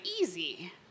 easy